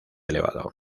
elevado